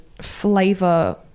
flavor